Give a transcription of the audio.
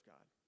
God